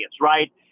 right